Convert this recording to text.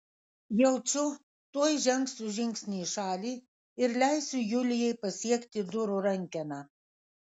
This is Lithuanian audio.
jaučiu tuoj žengsiu žingsnį į šalį ir leisiu julijai pasiekti durų rankeną